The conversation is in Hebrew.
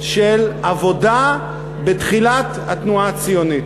של עבודה בתחילת התנועה הציונית.